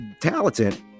talented